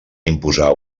imposar